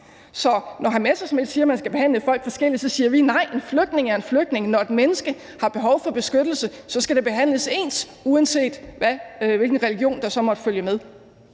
Morten Messerschmidt siger, at man skal behandle folk forskelligt, så siger vi: Nej, en flygtning er en flygtning, og når mennesker har behov for beskyttelse, skal de behandles ens, uanset hvilken religion der så måtte følge med.